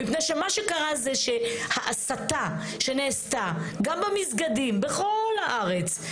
מה שקרה זה שההסתה שנעשתה גם במסגדים בכל הארץ,